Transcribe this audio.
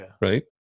Right